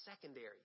secondary